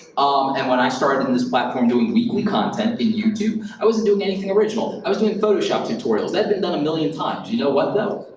and when i started in this platform doing weekly content in youtube, i wasn't doing anything original. i was doing photoshop tutorials. that had been done a million times. you know what, though?